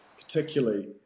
particularly